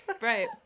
Right